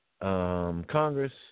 Congress